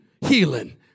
healing